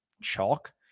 chalk